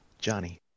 Johnny